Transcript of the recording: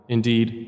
Indeed